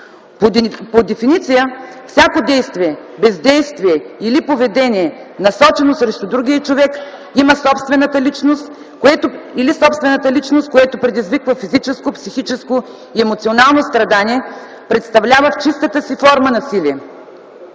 По дефиниция всяко действие, бездействие или поведение, насочено срещу другия човек или собствената личност, което предизвиква психическо, физическо и емоционално страдание, представлява в чистата си форма насилие.